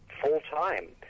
full-time